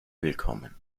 willkommen